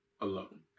alone